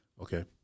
okay